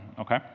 okay